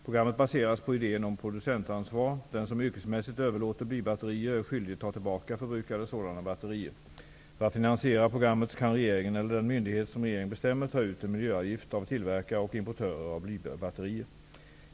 Programmet baseras på idén om producentansvar. Den som yrkesmässigt överlåter blybatterier är skyldig att ta tillbaka förbrukade sådana batterier. För att finansiera programmet kan regeringen eller den myndighet som regeringen bestämmer ta ut en miljöavgift av tillverkare och importörer av blybatterier.